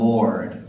Lord